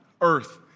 earth